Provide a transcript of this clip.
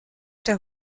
der